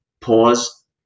pause